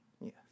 Yes